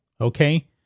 Okay